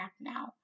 now